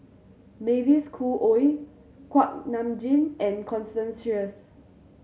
Mavis Khoo Oei Kuak Nam Jin and Constance Sheares